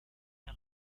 der